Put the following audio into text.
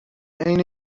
عین